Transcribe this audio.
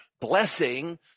blessing